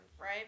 Right